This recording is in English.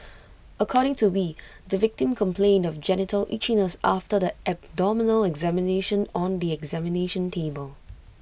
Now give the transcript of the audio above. according to wee the victim complained of genital itchiness after the abdominal examination on the examination table